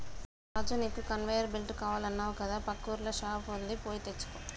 రాజు నీకు conveyor belt కావాలన్నావు కదా పక్కూర్ల షాప్ వుంది పోయి తెచ్చుకో